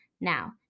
Now